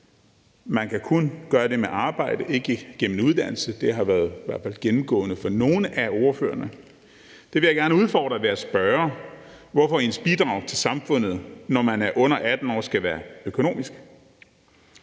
Man kan kun gøre det med arbejde, ikke gennem uddannelse. Det har i hvert fald været gennemgående for nogle af ordførerne. Det vil jeg gerne udfordre ved at spørge, hvorfor ens bidrag til samfundet, når man er under 18 år, skal være økonomisk.